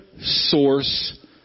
source